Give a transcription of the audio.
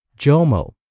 JOMO